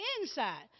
inside